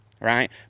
right